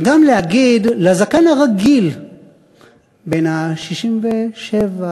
אבל גם להגיד לזקן הרגיל בן ה-67,